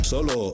Solo